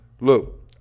look